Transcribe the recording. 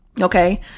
okay